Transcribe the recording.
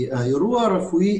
כי אירוע רפואי,